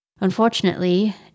unfortunately